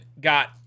got